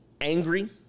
angry